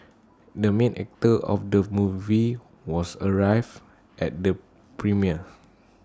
the main actor of the movie was arrived at the premiere